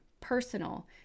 personal